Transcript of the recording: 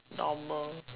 normal